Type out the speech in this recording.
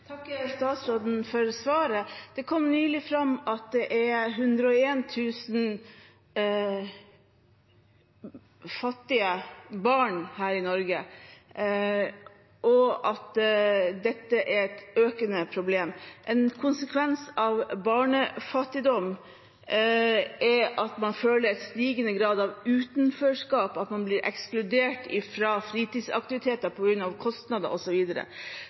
takker statsråden for svaret. Det kom nylig fram at det er 101 000 fattige barn her i Norge, og at dette er et økende problem. En konsekvens av barnefattigdom er at man føler stigende grad av utenforskap, at man blir ekskludert fra fritidsaktiviteter på grunn av kostnader,